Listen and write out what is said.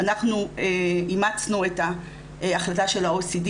אנחנו אימצנו את ההחלטה של ה-OECD,